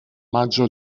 maggio